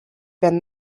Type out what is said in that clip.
been